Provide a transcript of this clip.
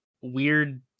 weird